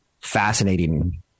fascinating